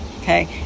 Okay